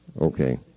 Okay